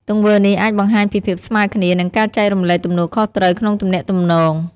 ទង្វើនេះអាចបង្ហាញពីភាពស្មើគ្នា និងការចែករំលែកទំនួលខុសត្រូវក្នុងទំនាក់ទំនង។